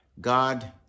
God